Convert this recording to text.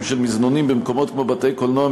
של מזנונים במקומות כמו בתי-קולנוע,